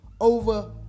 over